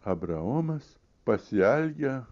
abraomas pasielgia